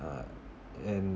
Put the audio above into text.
uh and